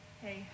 Hey